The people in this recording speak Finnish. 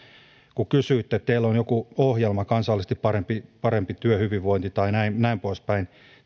sanoitte että teillä on joku ohjelma kansallisesti parempi parempi työhyvinvointi tai näin poispäin